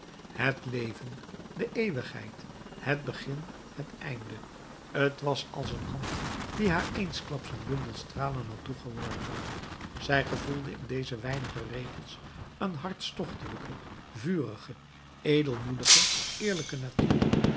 het leven de eeuwigheid het begin het einde t was als een hand die haar eensklaps een bundel stralen had toegeworpen zij gevoelde in deze weinige regels een hartstochtelijke vurige edelmoedige eerlijke natuur